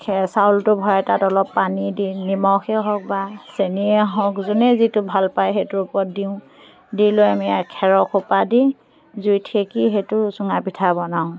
খেৰ চাউলটো ভৰাই তাত অলপ পানী দি নিমখেই হওক বা চেনিয়ে হওক যোনেই যিটো ভাল পায় সেইটোৰ ওপৰত দিওঁ দি লৈ আমি আৰু খেৰৰ সোপা দি জুইত সেকি সেইটো চুঙা পিঠা বনাওঁ